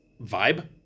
vibe